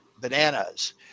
bananas